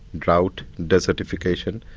drought, desertification.